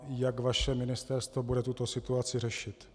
Jak vaše ministerstvo bude tuto situaci řešit?